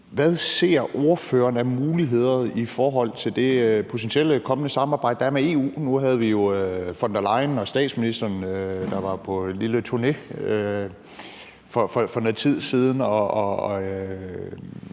hvad ordføreren ser af muligheder i det potentielle kommende samarbejde med EU. Nu havde vi jo Ursula von der Leyen og statsministeren, der var på en lille turné for noget tid siden.